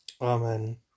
Amen